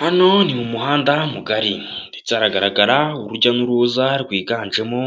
Hano ni mu muhanda mugari ndetse hagaragara urujya n'uruza rwiganjemo